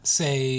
say